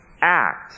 act